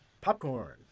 popcorn